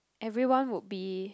everyone would be